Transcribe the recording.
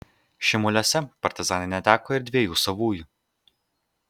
šimuliuose partizanai neteko ir dviejų savųjų